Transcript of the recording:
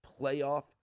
playoff